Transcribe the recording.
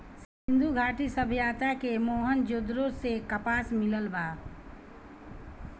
सिंधु घाटी सभ्यता के मोहन जोदड़ो से कपास मिलल बा